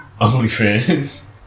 OnlyFans